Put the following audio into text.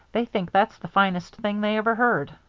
they think that's the finest thing they ever heard.